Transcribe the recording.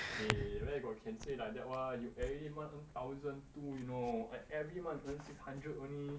eh where got can say like that one you every month earn thousand two you know I every month earn six hundred only